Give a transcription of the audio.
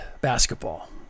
basketball